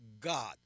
God